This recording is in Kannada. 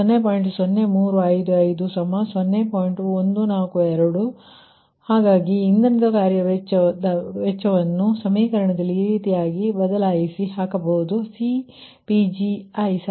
ಆದ್ದುದರಿಂದ ಇಂಧನ ಕಾರ್ಯದ ವೆಚ್ಚವನ್ನು ಸಮೀಕರಣದಲ್ಲಿ ಈ ರೀತಿಯಾಗಿ ಬದಲಾಗಿ ಹಾಕಬಹುದು CPg222